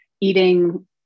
eating